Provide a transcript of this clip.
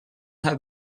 have